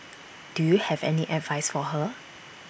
do you have any advice for her